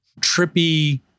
trippy